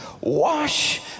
Wash